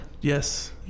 Yes